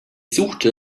suchte